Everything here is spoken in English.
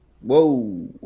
Whoa